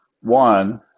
One